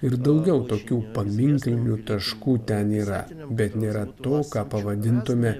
ir daugiau tokių paminklinių taškų ten yra bet nėra to ką pavadintume